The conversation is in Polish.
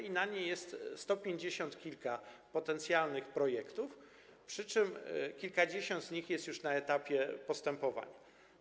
Jest na niej sto pięćdziesiąt kilka potencjalnych projektów, przy czym kilkadziesiąt z nich jest już na etapie postępowań.